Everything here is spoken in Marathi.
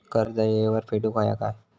कर्ज येळेवर फेडूक होया काय?